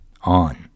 on